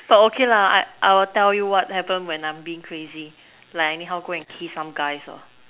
but okay lah I I will tell you what happen when I'm being crazy like I anyhow go and kiss some guys or